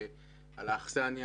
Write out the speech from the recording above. על האכסניה.